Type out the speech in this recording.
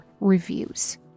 reviews